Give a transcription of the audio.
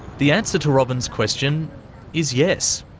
the answer to robyn's question is yes.